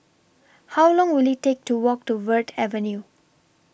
How Long Will IT Take to Walk to Verde Avenue